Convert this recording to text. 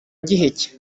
giheke